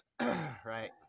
Right